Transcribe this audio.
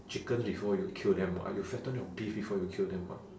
chickens before you kill them [what] you fatten your beef before you kill them [what]